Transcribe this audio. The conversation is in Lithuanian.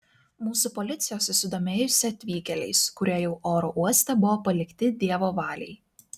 mūsų policija susidomėjusi atvykėliais kurie jau oro uoste buvo palikti dievo valiai